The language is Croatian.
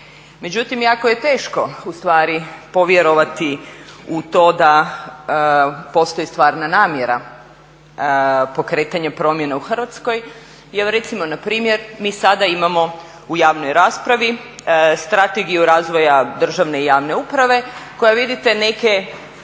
Međutim, jako je teško ustvari povjerovati u to da postoji stvarna namjera pokretanja promjena u Hrvatskoj jer recimo npr. mi sada imamo u javnoj raspravi Strategiju razvoja državne i javne uprave u kojoj vidite neke